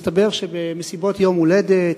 מסתבר שבמסיבות יום-הולדת,